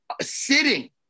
sitting